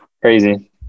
crazy